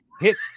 hits